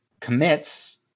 commits